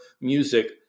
music